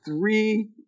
three